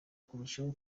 kurushaho